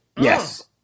Yes